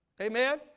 Amen